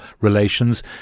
relations